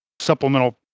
supplemental